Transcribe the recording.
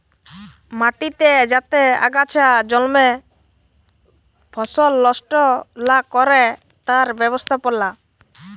মাটিতে যাতে আগাছা জল্মে ফসল লস্ট লা ক্যরে তার ব্যবস্থাপালা